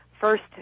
first